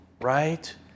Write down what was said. Right